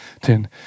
ten